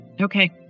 okay